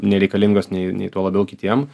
nereikalingos nei nei tuo labiau kitiem